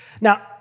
Now